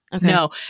no